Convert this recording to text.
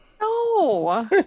No